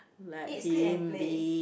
eat sleep and play